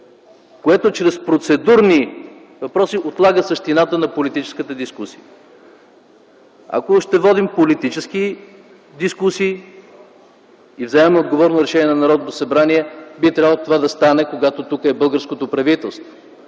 което чрез процедурни въпроси отлага същината на политическата дискусия. Ако ще водим политически дискусии и вземем отговорно решение на Народното събрание, би трябвало това да стане, когато тук е българското правителство,